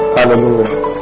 Hallelujah